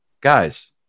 guys